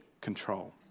control